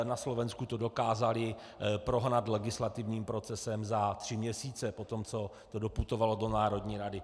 Na Slovensku to dokázali prohnat legislativním procesem za tři měsíce, potom co to doputovalo do národní rady.